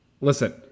Listen